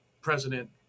president